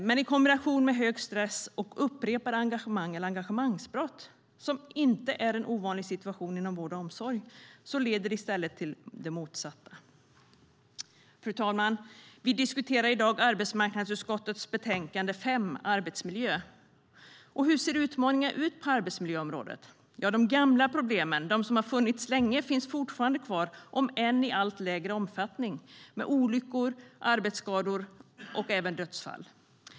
Men i kombination med hög stress och upprepade engagemang eller engagemangsbrott, som inte är en ovanlig situation inom vård och omsorg, leder det i stället till det motsatta. Fru talman! Vi diskuterar i dag arbetsmarknadsutskottets betänkande 5 Arbetsmiljö . Hur ser utmaningarna ut på arbetsmiljöområdet? Ja, de gamla problemen som har funnits länge finns fortfarande kvar, om än i allt mindre omfattning, med olyckor, arbetsskador och även dödsfall.